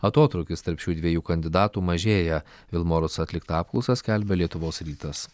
atotrūkis tarp šių dviejų kandidatų mažėja vilmorus atliktą apklausą skelbia lietuvos rytas